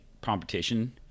Competition